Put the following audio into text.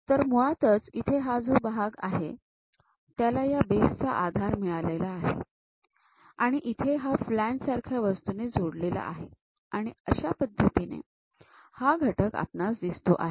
तर मुळातच इथे हा जो भाग आहे त्याला या बेस चा आधार मिळाला आहे आणि इथे हा फ्लॅन्ज सारख्या वस्तूने जोडला गेलेला आहे आणि अशा पद्धतीने हा घटक आपणास दिसतो आहे